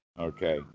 Okay